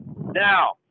Now